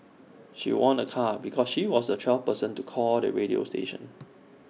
she won A car because she was the twelfth person to call the radio station